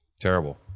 Terrible